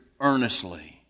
earnestly